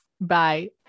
bye